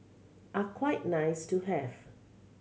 are quite nice to have